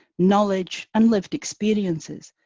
knowledge and lived experiences,